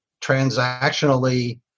transactionally